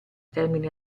termini